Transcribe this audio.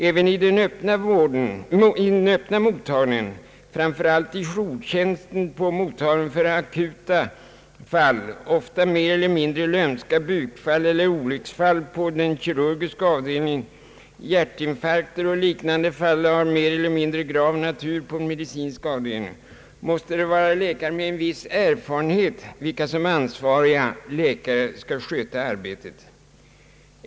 Även i den öppna mottagningen, framför allt i jourtjänsten på mottagningen för akuta fall — ofta mer eller mindre lömska bukfall eller olycksfall på den kirurgiska avdelningen, hjärtinfarkter och liknande fall av mer eller mindre grav natur på den medicinska avdelningen — måste det vara folk med en viss erfarenhet, vilka som ansvariga läkare skall sköta arbetet.